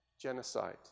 Genocide